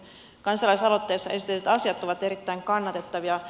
kansalaisaloitteessa esitetyt asiat ovat erittäin kannatettavia